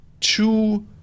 two